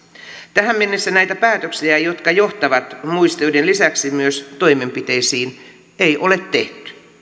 tähän mennessä näitä päätöksiä jotka johtavat muistioiden lisäksi myös toimenpiteisiin ei ole tehty